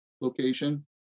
location